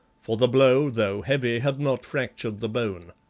for the blow, though heavy, had not fractured the bone.